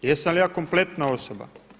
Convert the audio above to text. Jesam li ja kompletna osoba?